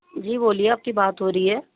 جی بولئے آپ کی بات ہو رہی ہے